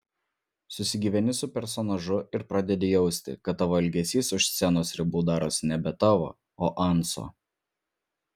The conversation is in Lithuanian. susigyveni su personažu ir pradedi jausti kad tavo elgesys už scenos ribų darosi nebe tavo o anso